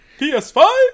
PS5